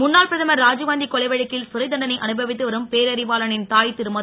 முன்னாள் பிரதமர் ராஜீவ்காந்தி கொலை வழக்கில் சிறைத் தண்டனை அனுபவித்து வரும் பேரறிவாளனின் தாய் திருமதி